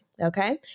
Okay